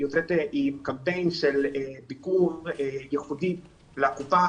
יוצאת עם קמפיין של ביקור היברידי שהוא ייחודי לקופה.